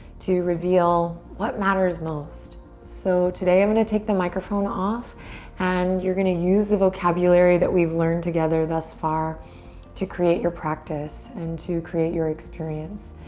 to reveal what matters most. so today i'm gonna take the microphone off and you're gonna use the vocabulary that we've learned together thus far to create your practice and to create your experience.